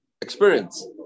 experience